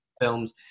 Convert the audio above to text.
films